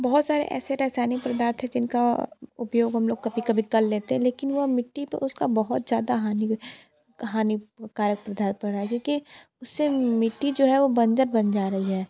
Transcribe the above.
बहुत सारे ऐसे रसायनिक प्रदार्थ है जिनका उपयोग हम लोग कभी कभी कर लेते हैं लेकिन वह मिट्टी तो उसका बहुत ज़्यादा हानि हानिकारक प्रदार्थ पड़ा है क्योंकि उससे मिट्टी जो है वो बंजर बन जा रही है